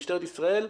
ממשטרת ישראל,